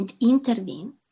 intervene